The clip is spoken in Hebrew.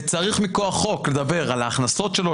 וצריך מכוח חוק לדווח על ההכנסות שלו,